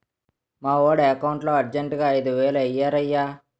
మావోడి ఎకౌంటులో అర్జెంటుగా ఐదువేలు వేయిరయ్య